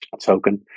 token